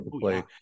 play